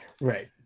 Right